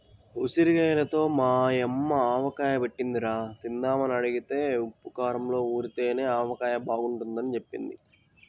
ఉసిరిగాయలతో మా యమ్మ ఆవకాయ బెట్టిందిరా, తిందామని అడిగితే ఉప్పూ కారంలో ఊరితేనే ఆవకాయ బాగుంటదని జెప్పింది